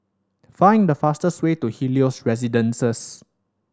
find the fastest way to Helios Residences